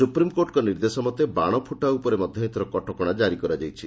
ସୁପ୍ରିମକୋର୍ଟଙ୍କ ନିର୍ଦ୍ଦେଶମତେ ବାଶ ଫୁଟା ଉପରେ ମଧ୍ଧ ଏଥର କଟକଶା କାରି କରାଯାଇଛି